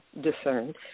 discerned